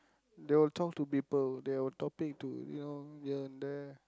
they will talk to people they will topic to you know here and there